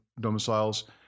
domiciles